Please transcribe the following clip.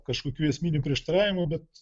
kažkokių esminių prieštaravimų bet